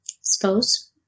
suppose